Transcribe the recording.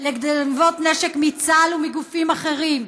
לגנבות נשק מצה"ל ומגופים אחרים.